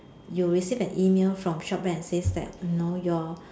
you'll receive an email from shop back and says that know your